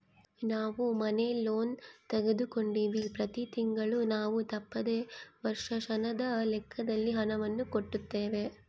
ನಾವು ಮನೆ ಲೋನ್ ತೆಗೆದುಕೊಂಡಿವ್ವಿ, ಪ್ರತಿ ತಿಂಗಳು ನಾವು ತಪ್ಪದೆ ವರ್ಷಾಶನದ ಲೆಕ್ಕದಲ್ಲಿ ಹಣವನ್ನು ಕಟ್ಟುತ್ತೇವೆ